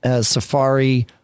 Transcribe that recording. safari